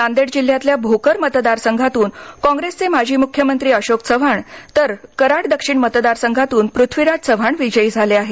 नांदेड जिल्ह्यातल्या भोकर मतदारसंघातून कॉंग्रेसचे माजी म्ख्यमंत्री अशोक चव्हाण तर कराड दक्षिण मतदारसंघातून पृथ्वीराज चव्हाण विजयी झाले आहेत